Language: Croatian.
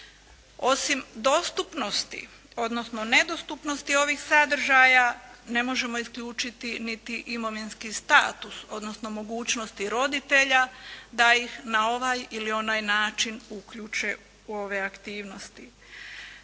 Osim dostupnosti odnosno nedostupnosti ovih sadržaja ne možemo isključiti niti imovinski status odnosno mogućnosti roditelja da ih na ovaj ili onaj način uključe u ove aktivnosti.